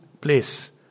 place